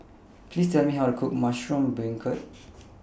Please Tell Me How to Cook Mushroom Beancurd